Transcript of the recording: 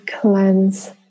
cleanse